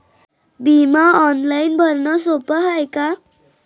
बिमा ऑनलाईन भरनं सोप हाय का?